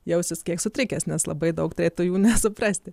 jausis kiek sutrikęs nes labai daug turėtų jų nesuprasti